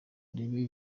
urebe